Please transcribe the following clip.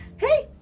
hey,